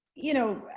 you know,